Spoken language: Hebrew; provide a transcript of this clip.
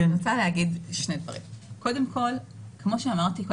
כמו שאמרתי קודם,